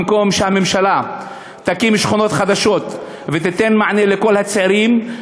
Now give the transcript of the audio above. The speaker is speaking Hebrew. במקום שהממשלה תקים שכונות חדשות ותיתן מענה לכל הצעירים,